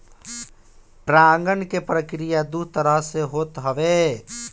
परागण के प्रक्रिया दू तरह से होत हवे